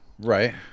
Right